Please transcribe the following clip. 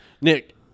Nick